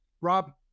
Rob